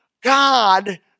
God